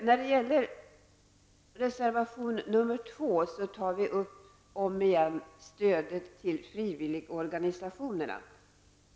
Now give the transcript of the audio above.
I reservation 2 tar vi åter upp stödet till frivilligorganisationerna.